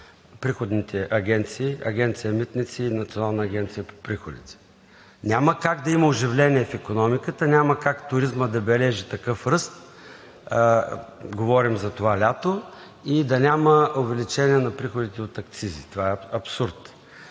приходните агенции – Агенция „Митници“ и Национална агенция по приходите? Няма как да има оживление в икономиката, няма как туризмът да бележи такъв ръст – говорим за това лято, и да няма увеличение на приходите от акцизи. Това е абсурд!